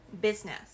business